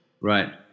Right